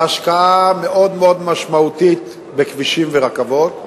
בהשקעה מאוד משמעותית בכבישים וברכבות,